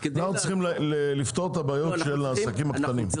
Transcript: אנחנו צריכים לפתור את הבעיות של העסקים הקטנים.